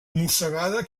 mossegada